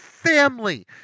Family